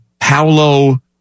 Paulo